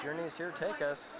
journals here take us